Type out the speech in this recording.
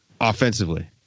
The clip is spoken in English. offensively